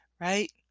right